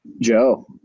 Joe